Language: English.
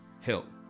help